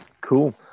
cool